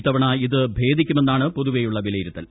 ഇത്തവണ ഇത് ഭേദിക്കുമെന്നാണ് പൊതുവെയുള്ള വിലയിരുത്തൽ